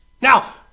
Now